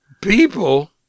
people